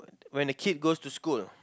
when the kid goes to school